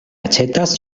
aĉetas